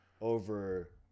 over